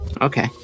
Okay